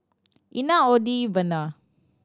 Ina Odie Werner